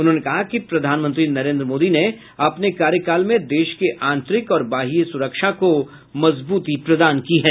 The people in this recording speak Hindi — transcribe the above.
उन्होंने कहा कि प्रधानमंत्री नरेंद्र मोदी ने अपने कार्यकाल में देश के आंतरिक और वाह्य सुरक्षा को मजबूती प्रदान की है